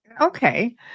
okay